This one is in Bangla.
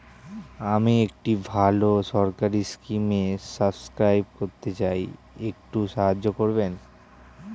আমি একটি ভালো সরকারি স্কিমে সাব্সক্রাইব করতে চাই, একটু সাহায্য করবেন?